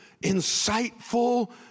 insightful